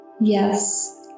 Yes